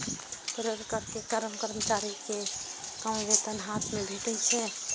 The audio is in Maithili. पेरोल कर के कारण कर्मचारी कें कम वेतन हाथ मे भेटै छै